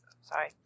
Sorry